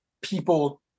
people